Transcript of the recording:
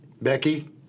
Becky